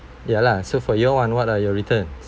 ya lah so for you what what are your returns